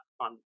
on